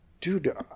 dude